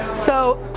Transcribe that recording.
so